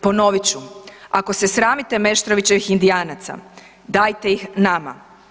Ponovit ću, ako s sramite Meštrovićevih „Indijanaca“, dajte ih nama.